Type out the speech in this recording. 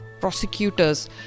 prosecutors